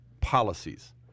Policies